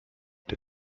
der